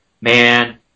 man